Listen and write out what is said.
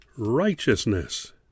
Righteousness